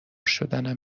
شدنم